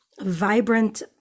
vibrant